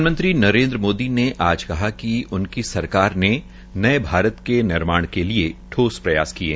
प्रधानमंत्री नरेन्द्र मोदी ने आज कहा है कि उनकी सरकार ने नये भारत के निर्माण के लिये ठोस प्रयास किये